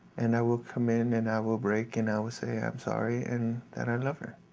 and i will come in and i will break and i will say i'm sorry and that i love her.